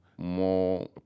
more